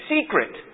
secret